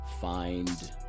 find